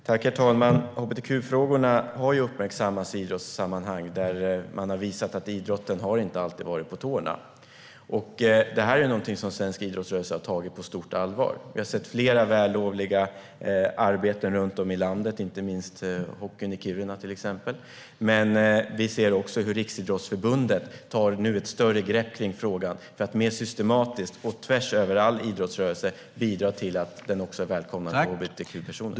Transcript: Herr talman! Hbtq-frågorna har ju uppmärksammats i idrottssammanhang. Man har visat att idrotten inte alltid har varit på tårna. Detta har svensk idrottsrörelse tagit på stort allvar. Vi har sett flera vällovliga arbeten runt om i landet, inte minst till exempel hockeyn i Kiruna. Men vi kan också se att Riksidrottsförbundet nu tar ett större grepp kring frågan för att mer systematiskt och tvärs över all idrottsrörelse bidra till att den välkomnar också hbtq-personer.